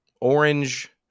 orange